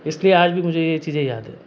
इसीलिए आज मुझे भी ये चीज़ें याद है